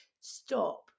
stop